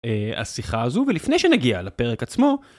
השיחה הזו ולפני שנגיע לפרק עצמו.